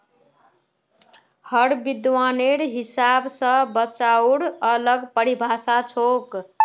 हर विद्वानेर हिसाब स बचाउर अलग परिभाषा छोक